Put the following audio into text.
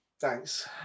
Thanks